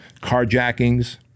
Carjackings